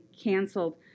canceled